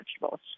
vegetables